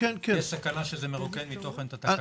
יש סכנה שזה מרוקן מתוכן את התקנות.